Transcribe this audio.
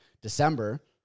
December